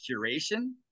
curation